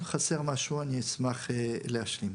חסר משהו, אני אשמח להשלים.